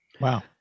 Wow